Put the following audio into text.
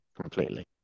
completely